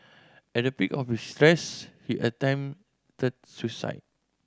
at the peak of his stress he attempted suicide